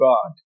God